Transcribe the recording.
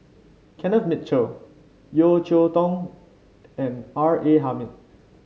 Kenneth Mitchell Yeo Cheow Tong and R A Hamid